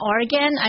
Oregon